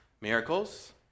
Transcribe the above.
miracles